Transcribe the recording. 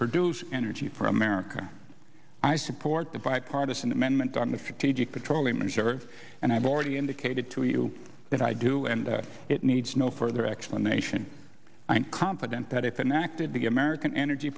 produce energy for america i support the bipartisan amendment on the fiji petroleum reserve and i've already indicated to you that i do and it needs no further explanation i'm confident that if enacted the american energy